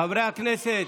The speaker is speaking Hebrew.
חברי הכנסת,